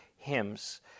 hymns